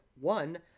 One